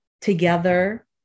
together